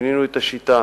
שינינו את השיטה.